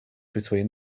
between